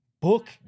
Book